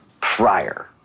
prior